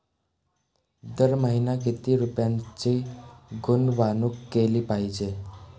दर महिना किती रुपयांची गुंतवणूक केली पाहिजे?